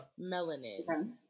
Melanin